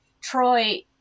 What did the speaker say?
Troy